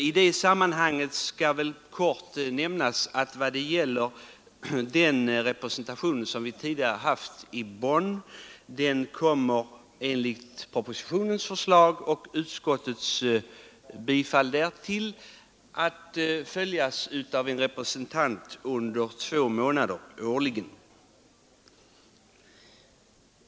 I detta sammanhang skall väl kort nämnas att den lantbruksrepresentation, som vi tidigare haft i Bonn, enligt propositionens förslag som tillstyrkts av utskottet inskränkts till en representant under två månader varje år.